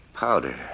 Powder